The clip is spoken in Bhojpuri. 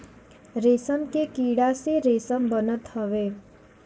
रेशम के कीड़ा से रेशम बनत हवे